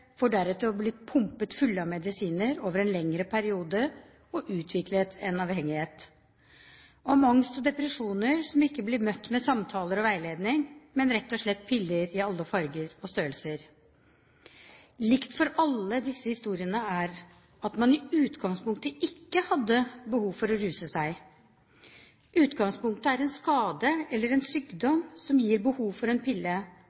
for deretter å bli pumpet fulle av medisiner over en lengre periode og så utvikle en avhengighet, om personer med angst og depresjoner som ikke blir møtt med samtaler og veiledning, men rett og slett med piller i alle farger og størrelser. Likt for alle disse historiene er at personene i utgangspunktet ikke hadde behov for å ruse seg. Utgangspunktet er en skade eller en sykdom som gir behov for en pille,